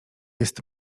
jest